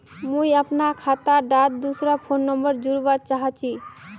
मुई अपना खाता डात दूसरा फोन नंबर जोड़वा चाहची?